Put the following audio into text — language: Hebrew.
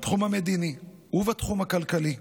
בתחום המדיני ובתחום הכלכלי,